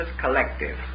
collective